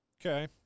Okay